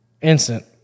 instant